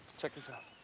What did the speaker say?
check this out.